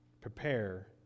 prepare